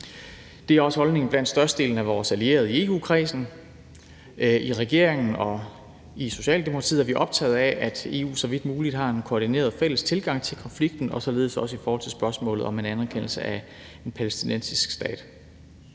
Det er også holdningen blandt størstedelen af vores allierede i EU-kredsen. I regeringen og i Socialdemokratiet er vi optagede af, at EU så vidt muligt har en koordineret og fælles tilgang til konflikten og således også i forhold til spørgsmålet om en anerkendelse af en palæstinensisk stat.